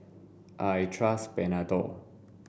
I trust Panadol